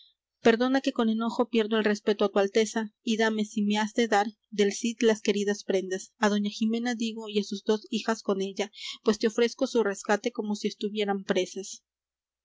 perdona que con enojo pierdo el respeto á tu alteza y dame si me has de dar del cid las queridas prendas á doña jimena digo y á sus dos hijas con ella pues te ofrezco su rescate como si estuvieran presas